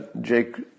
Jake